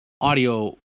audio